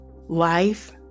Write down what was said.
life